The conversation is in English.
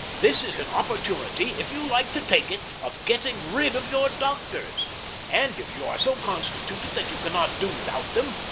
this is an opportunity, if you like to take it, of getting rid of your doctors and if you are so constituted that you cannot do without them,